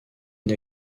une